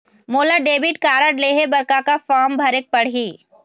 मोला debit card लेहे बर का का फार्म भरेक पड़ही?